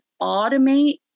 automate